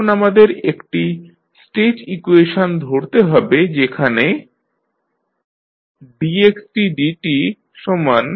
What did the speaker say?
এখন আমাদের একটি স্টেট ইকুয়েশন ধরতে হবে যেখানে dxdtAxtBut